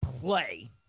play